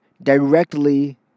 directly